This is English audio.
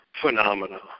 phenomena